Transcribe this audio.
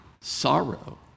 sorrow